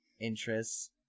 interests